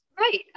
Right